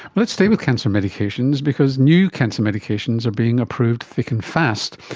let's stay with cancer medications because new cancer medications are being approved thick and fast.